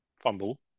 fumble